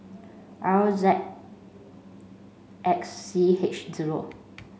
R Z X C H zero